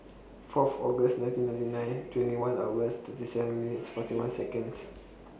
Fourth August nineteen ninety nine twenty one hours thirty seven minutes forty one Seconds